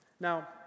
Now